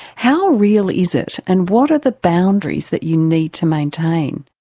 how real is it and what are the boundaries that you need to maintain?